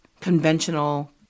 conventional